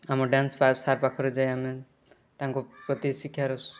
ଆମ ଡ୍ୟାନ୍ସ ପା ସାର ପାଖରେ ଯାଇ ଆମେ ତାଙ୍କ ପ୍ରତି ଶିକ୍ଷାର